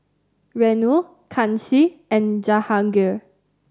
Renu Kanshi and Jahangir